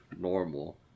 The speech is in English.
normal